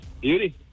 Beauty